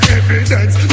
evidence